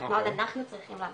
מה עוד אנחנו צריכים לעשות?